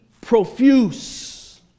profuse